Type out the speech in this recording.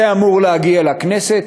זה אמור להגיע לכנסת,